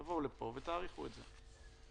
תבואו לכאן ותבקשו הארכה של תוקף הצו.